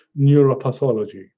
neuropathology